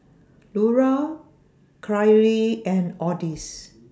Lura Kyrie and Odis